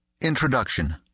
Introduction